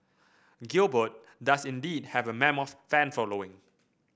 gilbert does indeed have a mammoth fan following